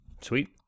Sweet